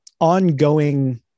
ongoing